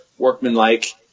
Workman-like